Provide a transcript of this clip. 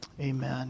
amen